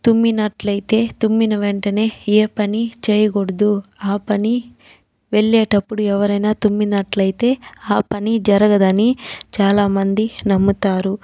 తుమ్మినట్లయితే తుమ్మిన వెంటనే ఏ పని చేయకూడదు ఆ పని వెళ్ళేటప్పుడు ఎవరైనా తుమ్మినట్లయితే ఆ పని జరగదని చాలామంది నమ్ముతారు